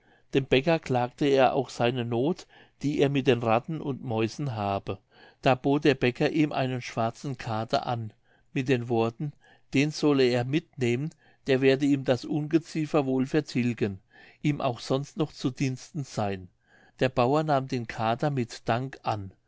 dem bäcker klagte er auch seine noth die er mit den ratten und mäusen habe da bot der bäcker ihm einen schwarzen kater an mit den worten den solle er mitnehmen der werde ihm das ungeziefer wohl vertilgen ihm auch sonst noch zu diensten seyn der bauer nahm den kater mit dank an